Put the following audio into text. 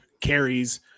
carries